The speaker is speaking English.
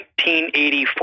1984